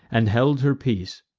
and held her peace.